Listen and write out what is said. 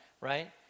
right